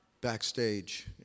backstage